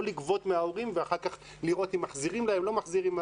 לא לגבות מההורים ואחר כך לראות אם מחזירים להם או לא מחזירים.